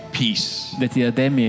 peace